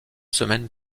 semaines